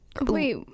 Wait